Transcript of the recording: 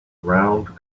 round